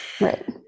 Right